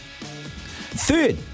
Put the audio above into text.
Third